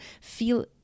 feel